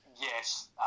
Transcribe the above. Yes